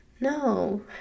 No